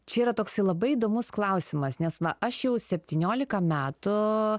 čia yra toksai labai įdomus klausimas nes va aš jau septyniolika metų